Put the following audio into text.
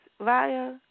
via